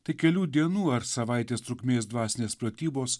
tai kelių dienų ar savaitės trukmės dvasinės pratybos